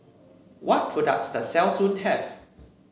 what products does Selsun have